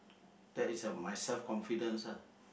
that is a my self confidence lah